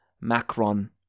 Macron